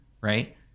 right